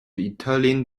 italian